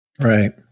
Right